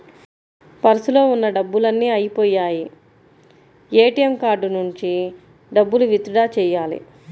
పర్సులో ఉన్న డబ్బులన్నీ అయ్యిపొయ్యాయి, ఏటీఎం కార్డు నుంచి డబ్బులు విత్ డ్రా చెయ్యాలి